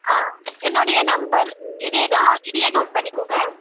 ஆ என்னுடைய நம்பர் இதேதான் இதையே நோட் பண்ணிக்கோங்க